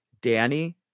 Danny